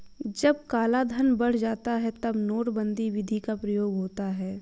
जब कालाधन बढ़ जाता है तब नोटबंदी विधि का प्रयोग होता है